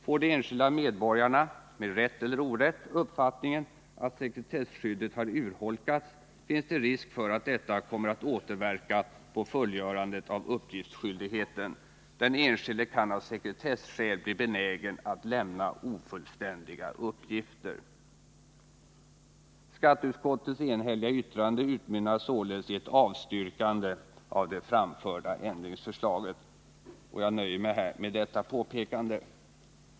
Får de enskilda medborgarna — med rätt eller orätt — uppfattningen att sekretesskyddet har urholkats finns det risk för att detta kommer att återverka på fullgörandet av uppgiftsskyldigheten. Den enskilde kan av sekretesskäl bli benägen att lämna ofullständiga uppgifter.” Skatteutskottets enhälliga yttrande utmynnar således i ett avstyrkande av det framförda ändringsförslaget. Jag nöjer mig här med detta påpekande.